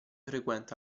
frequenta